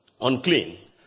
unclean